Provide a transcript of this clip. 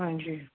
ਹਾਂਜੀ